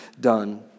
done